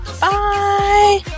Bye